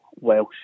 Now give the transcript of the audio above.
Welsh